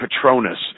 Patronus